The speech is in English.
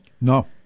No